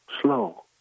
Slow